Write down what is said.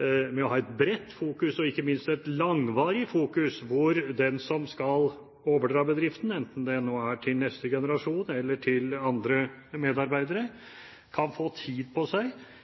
men å ha et bredt og ikke minst et langvarig fokus, hvor den som skal overdra bedriften, enten det nå er til neste generasjon eller til andre medarbeidere, kan få tid på seg